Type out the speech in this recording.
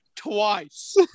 twice